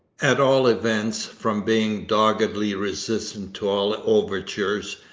at all events, from being doggedly resistant to all overtures,